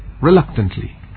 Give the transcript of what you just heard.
reluctantly